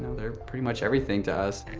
they're pretty much everything to us.